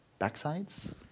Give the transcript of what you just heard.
backsides